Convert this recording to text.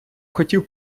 хотів